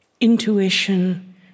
intuition